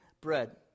bread